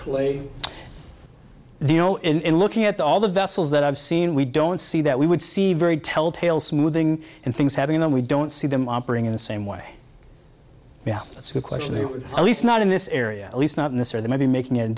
the you know in looking at all the vessels that i've seen we don't see that we would see very telltale smoothing and things having them we don't see them operating in the same way yeah that's a good question there at least not in this area at least not in this or they may be making in